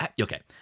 okay